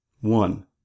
one